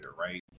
right